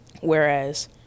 Whereas